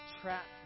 trapped